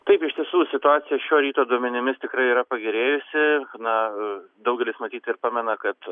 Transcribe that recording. taip iš tiesų situacija šio ryto duomenimis tikrai yra pagerėjusi na daugelis matyt ir pamena kad